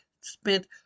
Spent